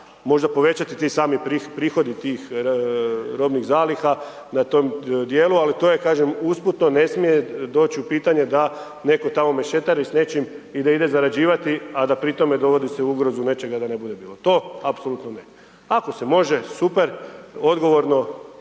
možda povećati ti sami prihodi tih robnih zaliha na tom dijelu. Ali to je, kažem usputno ne smije doći u pitanje da netko tamo mešetari s nečim i da ide zarađivati a da pri tome dovodi se u ugrozu nečega da ne bude bilo. To apsolutno ne. Ako se može super, odgovorno